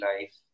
life